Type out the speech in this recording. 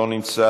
אינו נוכח,